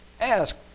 ask